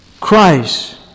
Christ